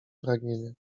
pragnienie